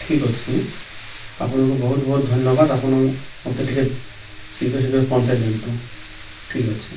ଠିକ୍ ଅଛି ଆପଣଙ୍କୁ ବହୁତ ବହୁତ ଧନ୍ୟବାଦ ଆପଣ ମୋତେ ଟିକେ ଶୀଘ୍ର ଶୀଘ୍ର ପହଞ୍ଚାଇ ଦିଅନ୍ତୁ ଠିକ୍ ଅଛି